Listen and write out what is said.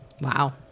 Wow